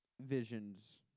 Vision's